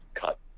cut